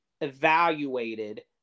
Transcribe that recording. evaluated